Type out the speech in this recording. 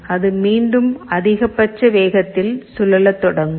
அது மீண்டும் அதிகபட்ச வேகத்தில் சுழலத் தொடங்கும்